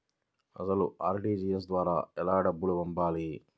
అసలు అర్.టీ.జీ.ఎస్ ద్వారా ఎలా డబ్బులు పంపాలి?